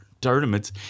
tournaments